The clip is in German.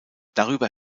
darüber